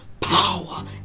power